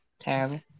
Terrible